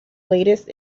latest